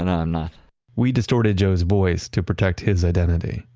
and i'm not we distorted joe's voice to protect his identity.